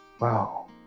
Wow